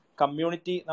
community